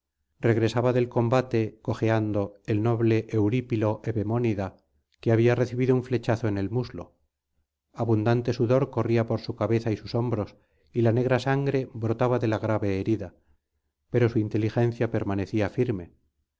regresaba del combate cojeando el noble eurípilo evemónida que había recibido un flechazo en el muslo abundante sudor corría por su cabeza y sus hombros y la negra sangre brotaba de la grave herida pero su inteligencia permanecía firme